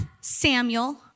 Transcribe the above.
Samuel